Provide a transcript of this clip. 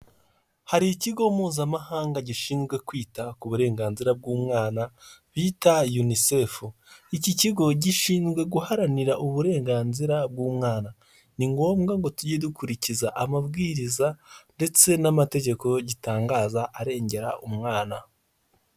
Hari ikigo mpuzamahanga gishinzwe kwita ku burenganzira bw'umwana, bita Unicefu iki kigo gishinzwe guharanira uburenganzira bw'umwana. Ni ngombwa ngo tujye dukurikiza amabwiriza ndetse n'amategeko gitangaza arengera umwana.